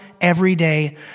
everyday